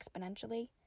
exponentially